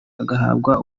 agahabwa